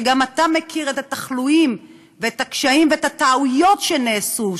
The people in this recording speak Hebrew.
וגם אתה מכיר את התחלואים ואת הקשיים ואת הטעויות שנעשו,